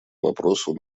вопросу